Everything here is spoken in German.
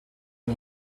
ein